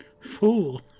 fool